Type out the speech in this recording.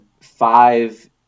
five